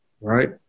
right